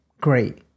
Great